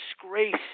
disgrace